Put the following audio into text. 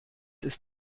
ist